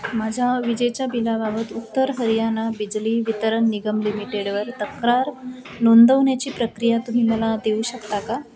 माझ्या विजेच्या बिलाबाबत उत्तर हरियाणा बिजली वितरण निगम लिमिटेडवर तक्रार नोंदवण्याची प्रक्रिया तुम्ही मला देऊ शकता का